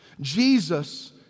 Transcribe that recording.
Jesus